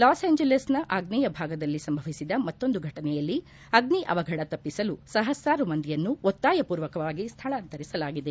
loss ಏಂಜಲೀಸ್ನ ಆಗ್ನೇಯ ಭಾಗದಲ್ಲಿ ಸಂಭವಿಸಿದ ಮತ್ತೊಂದು ಘಟನೆಯಲ್ಲಿ ಅಗ್ನಿ ಅವಘಡವನ್ನು ತಪ್ಪಿಸಲು ಸಹಸ್ರಾರು ಮಂದಿಯನ್ನು ಒತ್ತಾಯಮೂರ್ವಕವಾಗಿ ಸ್ಲಳಾಂತರಿಸಲಾಗಿದೆ